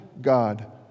God